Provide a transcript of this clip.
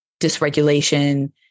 dysregulation